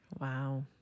Wow